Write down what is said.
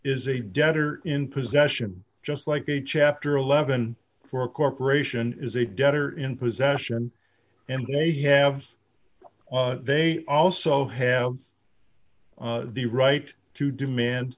is a debtor in possession just like a chapter eleven for a corporation is a debtor in possession and a have they also have the right to demand